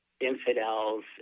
infidels